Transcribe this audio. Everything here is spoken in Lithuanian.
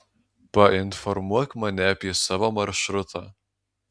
painformuok mane apie savo maršrutą